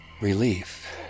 Relief